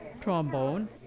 trombone